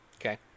Okay